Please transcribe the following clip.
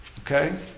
okay